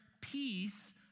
peace